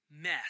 mess